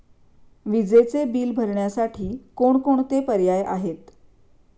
विजेचे बिल भरण्यासाठी कोणकोणते पर्याय आहेत?